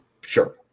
Sure